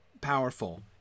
powerful